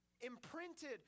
imprinted